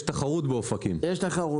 באופקים יש תחרות.